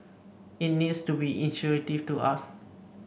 it needs to be intuitive to us